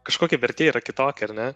kažkokia vertė yra kitokia ar ne